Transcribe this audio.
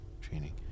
training